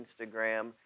Instagram